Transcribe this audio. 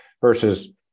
versus